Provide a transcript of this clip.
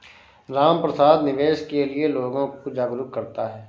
रामप्रसाद निवेश के लिए लोगों को जागरूक करता है